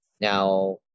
Now